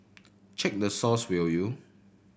check the source will you